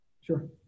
Sure